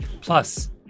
Plus